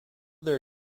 their